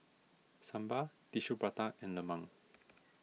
Sambal Tissue Prata and Lemang